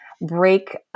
break